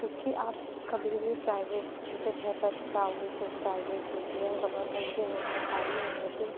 کیونکہ آپ کبھی بھی پرائیویٹ جگہ پر جاؤ جو پرائیویٹ ہوتی ہے گورنمنٹ کی نہیں سرکاری نہیں ہوتی